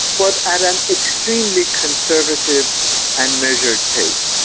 but at an extremely conservative and measured pace.